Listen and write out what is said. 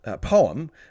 poem